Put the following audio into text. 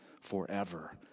forever